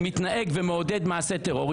שמתנהג ומעודד מעשי טרור,